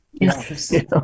Interesting